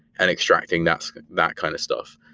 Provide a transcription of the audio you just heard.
and extracting that so that kind of stuff,